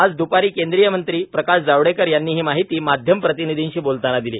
आज द्रपारी केंद्रीय मंत्री प्रकाश जावडेकर यांनी ही माहिती माध्यम प्रतींनीधीशी बोलताना दिली